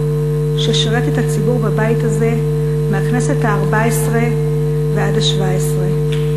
ששירת את הציבור בבית הזה מהכנסת הארבע-עשרה ועד הכנסת השבע-עשרה.